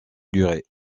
durée